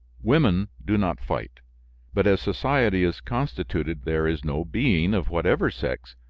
women do not fight but as society is constituted there is no being, of whatever sex,